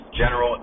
general